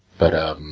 but,